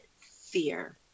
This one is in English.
fear